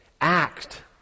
act